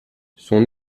son